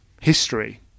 history